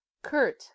Kurt